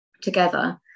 together